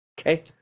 okay